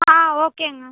ஆ ஓகேங்க